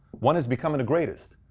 one is becoming the greatest.